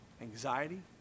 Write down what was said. anxiety